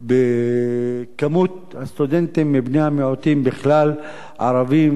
במספר הסטודנטים מבני המיעוטים בכלל, ערבים.